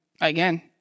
again